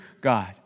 God